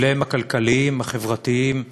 כבליהם הכלכליים, החברתיים,